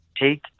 take